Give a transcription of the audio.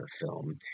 film